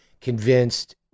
convinced